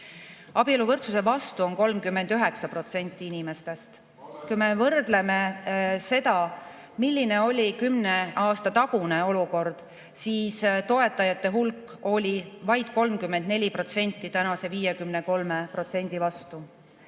Abieluvõrdsuse vastu on 39% inimestest. Kui me võrdleme seda, milline oli kümne aasta tagune olukord, siis toetajate hulk oli vaid 34% tänase 53% vastu.